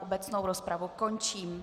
Obecnou rozpravu končím.